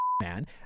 man